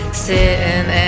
sitting